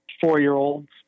Four-year-old's